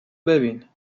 ببین